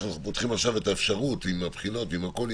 שפותחים עכשיו את האפשרות עם הבחינות ועם הכול,